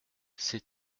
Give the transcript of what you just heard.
sais